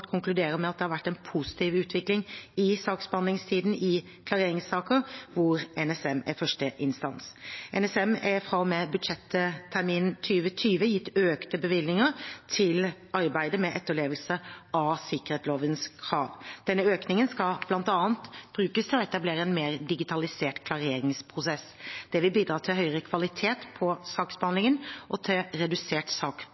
konkluderer med at det har vært en positiv utvikling i saksbehandlingstiden i klareringssaker hvor NSM er førsteinstans. NSM er fra og med budsjetterminen 2020 gitt økte bevilgninger til arbeidet med etterlevelse av sikkerhetslovens krav. Denne økningen skal bl.a. brukes til å etablere en mer digitalisert klareringsprosess. Det vil bidra til høyere kvalitet på